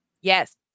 Yes